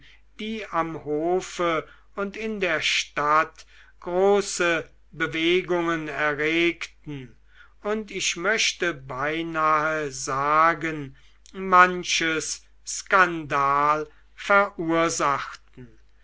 die am hofe und in der stadt große bewegungen erregten und ich möchte beinahe sagen manches skandal verursachten